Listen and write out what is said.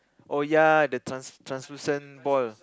oh ya the trans translucent ball